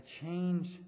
change